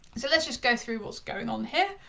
so let's just go through what's going on here.